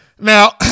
Now